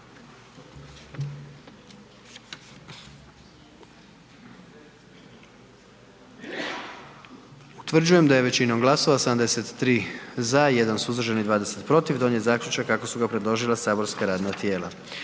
Utvrđujem da je većinom glasova 99 za i 1 suzdržani donijet zaključak kako su ga predložila saborska radna tijela.